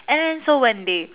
and so when they